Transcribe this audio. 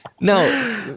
no